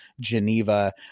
Geneva